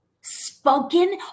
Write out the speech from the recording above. spoken